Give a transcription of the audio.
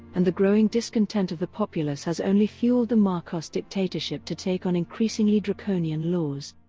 and the growing discontent of the populace has only fueled the marcos dictatorship to take on increasingly draconian laws.